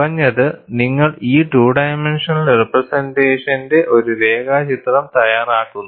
കുറഞ്ഞത് നിങ്ങൾ ഈ ടു ഡൈമെൻഷനൽ റെപ്രസെൻറ്റേഷന്റെ ഒരു രേഖാചിത്രം തയ്യാറാക്കുന്നു